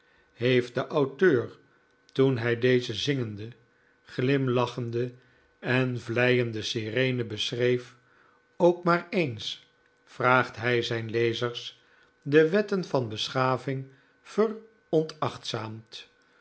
heeft de auteur toen hij deze zingende glimlachende en vleiende sirene beschreef ook maar eens vraagt hij zijn lezers de wetten van beschaving veronachtzaamd